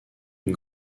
une